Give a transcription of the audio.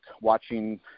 watching